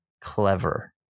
clever